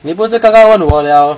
你不是刚刚问我 liao